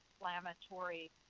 inflammatory